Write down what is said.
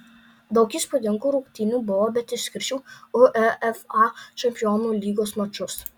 daug įspūdingų rungtynių buvo bet išskirčiau uefa čempionų lygos mačus